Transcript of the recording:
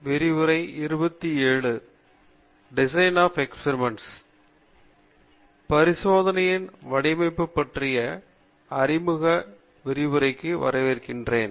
வணக்கம் பரிசோதனையின் வடிவமைப்பு பற்றிய அறிமுக விரிவுரைகளுக்கு வரவேற்கிறேன்